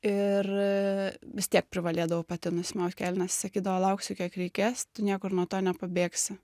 ir vis tiek privalėdavau pati nusimaut kelnes sakydavo lauksiu kiek reikės tu niekur nuo to nepabėgsi